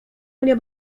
mnie